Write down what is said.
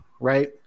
right